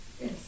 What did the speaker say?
Yes